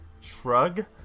Shrug